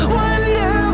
wonder